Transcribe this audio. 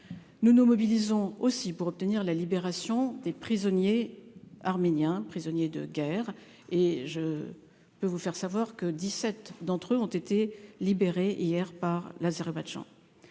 nous nous mobilisons aussi pour obtenir la libération des prisonniers arménien prisonniers de guerre et je peux vous faire savoir que 17 d'entre eux ont été libérés hier par l'Azerbaïdjan